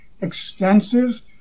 extensive